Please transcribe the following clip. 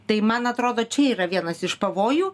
tai man atrodo čia yra vienas iš pavojų